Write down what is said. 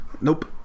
Nope